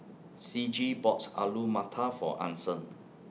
Ciji bought Alu Matar For Anson